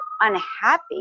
unhappy